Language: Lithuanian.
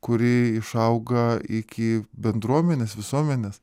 kuri išauga iki bendruomenės visuomenės